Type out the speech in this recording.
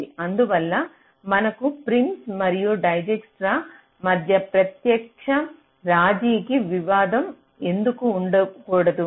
అందువల్ల మనకు ప్రిమ్స్ మరియు డైజ్క్స్ట్రా మధ్య ప్రత్యక్ష రాజీకి వివాదం ఎందుకు ఉండ కూడదు